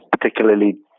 particularly